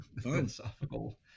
philosophical